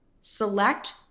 Select